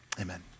amen